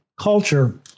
culture